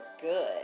good